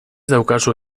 daukazu